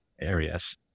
areas